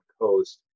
coast